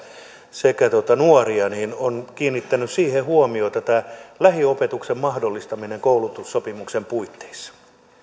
sekä nuoria ja hän on kiinnittänyt huomiota siihen että tämä lähiopetuksen mahdollistaminen koulutussopimuksen puitteissa